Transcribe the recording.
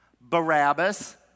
Barabbas